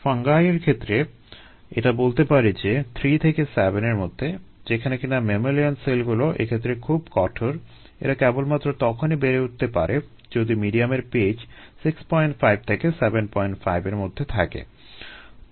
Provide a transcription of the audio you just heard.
fungi এর ক্ষেত্রে এটা বলতে পারি যে 3 থেকে 7 এর মধ্যে যেখানে কিনা ম্যামালিয়ান সেলগুলো এক্ষেত্রে খুব কঠোর এরা কেবলমাত্র তখনই বেড়ে উঠতে পারে যদি মিডিয়ামের pH 65 থেকে 75 এর মধ্যে থাকে